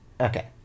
Okay